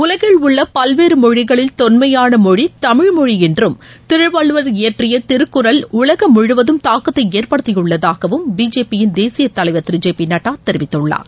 உலகில் உள்ள பல்வேறு மொழிகளில் தொன்மையான மொழி தமிழ் மொழி என்றும் திருவள்ளுவர் இயற்றிய திருக்குறள் உலகம் முழுவதும் தாக்கத்தை ஏற்படுத்தியுள்ளதாகவும் பிஜேபியின் தேசிய தலைவர் திரு ஜேபிநட்டா தெரிவித்துள்ளார்